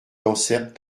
dansaert